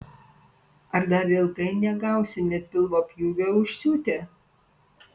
ar dar ilgai negausiu net pilvo pjūvio užsiūti